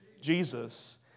Jesus